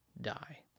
die